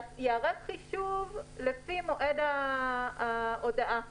ייערך חישוב לפי מועד ההודעה